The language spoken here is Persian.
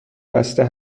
بسته